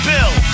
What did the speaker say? Bill